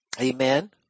Amen